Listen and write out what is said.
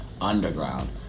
underground